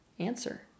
Answer